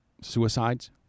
suicides